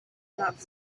not